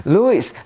Louis